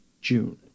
june